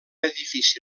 edifici